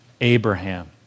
Abraham